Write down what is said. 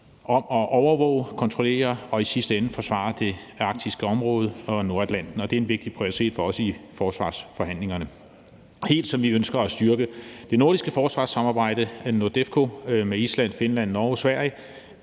om at overvåge, kontrollere og i sidste ende forsvare det arktiske område og Nordatlanten. Det er en vigtig prioritet for os i forsvarsforhandlingerne, helt som vi ønsker at styrke det nordiske forsvarssamarbejde, NORDEFCO, med Island, Finland, Norge og Sverige